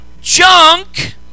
Junk